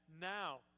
now